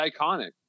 iconic